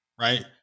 right